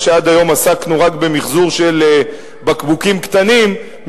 עד היום עסקנו רק במיחזור של בקבוקים קטנים,